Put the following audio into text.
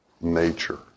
nature